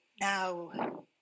now